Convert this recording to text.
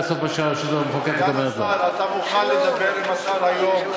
שהזכרת, זה נכון לגבי עמונה.